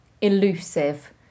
elusive